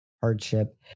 hardship